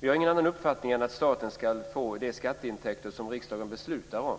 Vi har ingen annan uppfattning än att staten ska få de skatteintäkter som riksdagen beslutat om.